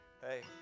Hey